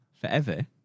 forever